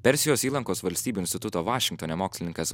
persijos įlankos valstybių instituto vašingtone mokslininkas